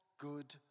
good